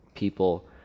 people